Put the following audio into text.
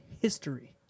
history